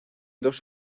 dos